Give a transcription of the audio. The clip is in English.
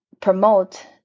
promote